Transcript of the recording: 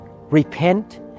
repent